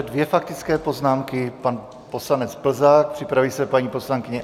Dvě faktické poznámky pan poslanec Plzák, připraví se paní poslankyně Adámková.